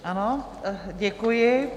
Ano, děkuji.